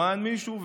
למען מישהו,